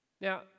Now